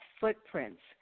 footprints